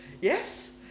Yes